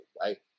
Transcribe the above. right